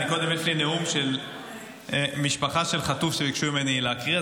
קודם יש לי נאום של משפחה של חטוף שביקשו ממני להקריא,